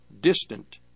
distant